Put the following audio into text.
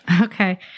Okay